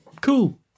cool